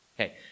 Okay